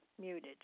muted